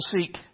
seek